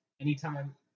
anytime